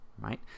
right